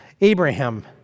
Abraham